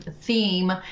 theme